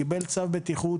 קיבל צו בטיחות,